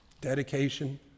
dedication